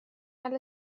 على